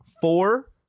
Four